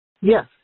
Yes